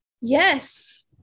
Yes